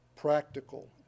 practical